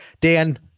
Dan